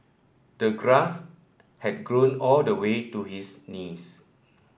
the grass had grown all the way to his knees